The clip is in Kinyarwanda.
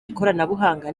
ikoranabuhanga